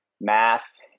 math